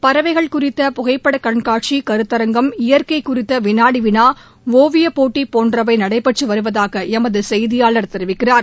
பறவைகள் குறித்த புகைப்பட கண்காட்சி கருத்தரங்கம் இயற்கை குறித்த வினாடி வினா ஓவியப்போட்டி போன்றவை நடைபெற்று வருவதாக எமது செய்தியாளர் தெரிவிக்கிறார்